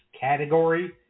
category